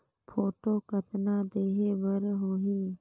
Photo कतना देहें बर होहि?